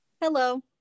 Hello